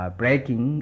breaking